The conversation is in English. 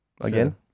Again